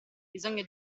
bisogno